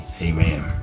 Amen